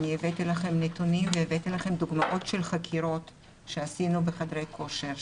אני הבאתי לכם נתונים והבאתי לכם דוגמאות של חקירות שעשינו בחדרי כושר,